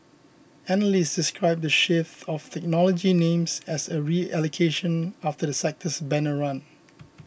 analysts described the shift out of technology names as a reallocation after the sector's banner run